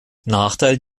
nachteil